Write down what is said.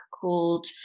called